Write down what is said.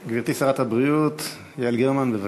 גברתי, שרת הבריאות יעל גרמן, בבקשה.